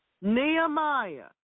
Nehemiah